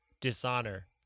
dishonor